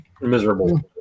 Miserable